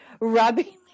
rubbing